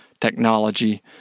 technology